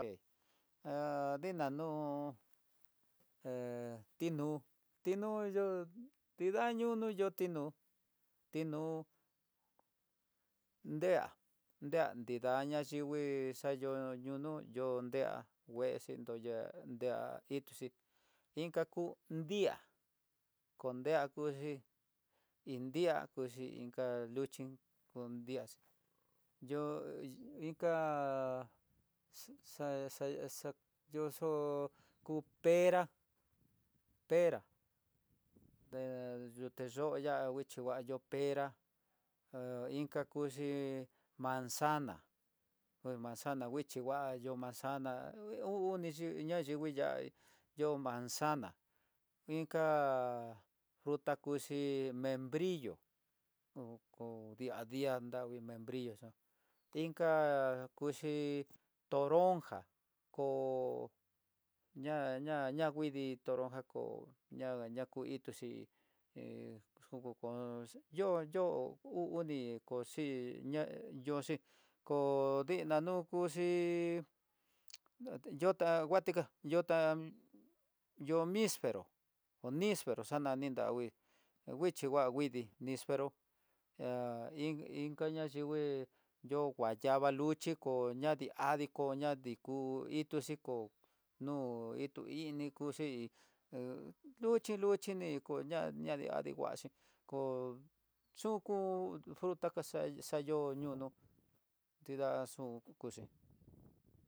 Kué há ndina nú, hé tinu tinu yo'ó tida ñono yu tinu, tinu nrea ndéa nida ñadingui he xanio ñunu yo nrea ngue xhin dea dea tuxi inka ku di'á kon di'á kuxhi iin di'á kuxhi inka, luxhi kondiaxhi nu hu inka xe- xe yoxu ku perá, pera de yute yonguiá dangui dayo'ó pera he inka kuxhi manzana ngue manzana nguichi nguayo, ha uni xhi ña yingui ña yo manzana inka fruta kuxhii menbrillo uku di'á di'á tiá ndangui menbrillo xa inka kuxhi toronja, ko ña ña ñanguidii iin toronja kó ñaña kuituxi, he xuku kó yo hyo'o uu oni oxi ña onxi koo dina nuko xhi yota nguatika yota yo'o mispero ko mispero xano ninangui, xhichi ngua nguidi nispero há inka inka na yivii yo guayaba luxhi o ñadii adii kó ituxhi ko itu ini kuxhi ha kuxhi luxhi ko ña-ñadii nguaxhi kó xuku fruta xaño ñonó nrida xu kuxhí.